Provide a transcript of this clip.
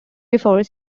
before